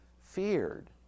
feared